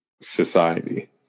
society